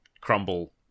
crumble